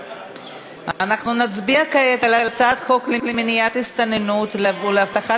אנחנו נצביע כעת על הצעת חוק למניעת הסתננות ולהבטחת